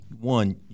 one